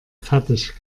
fertig